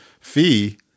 fee